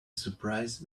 surprised